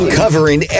covering